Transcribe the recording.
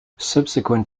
subsequent